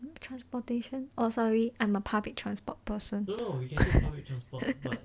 transportation oh sorry I'm a public transport person